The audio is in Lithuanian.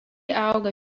auga